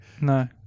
no